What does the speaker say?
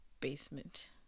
basement